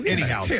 Anyhow